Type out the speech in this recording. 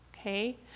okay